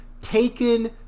taken